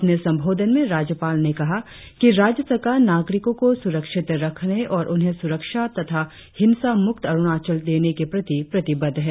अपने संबोधन में राज्यपाल ने कहा कि राज्य सरकार नागरिकों को सुरक्षित रखने और उन्हें सुरक्षा तथा हिंसा मुक्त अरुणाचल देने के प्रति प्रतिबद्ध है